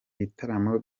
bitaramo